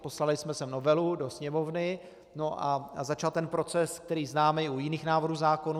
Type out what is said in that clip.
Poslali jsme sem novelu, do Sněmovny, a začal proces, který známe i u jiných návrhů zákonů.